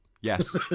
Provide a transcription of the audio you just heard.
yes